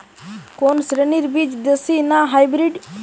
কোন শ্রেণীর বীজ দেশী না হাইব্রিড?